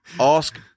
ask